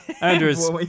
Andrews